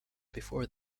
before